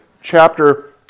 chapter